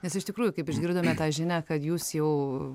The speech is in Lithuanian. nes iš tikrųjų kaip išgirdome tą žinią kad jūs jau